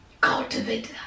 Cultivate